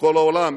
מכל העולם.